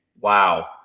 wow